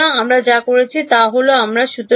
সুতরাং আমরা যা করেছি তা হল আমরা এই সম্বন্ধে বলেছি